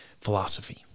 philosophy